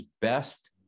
best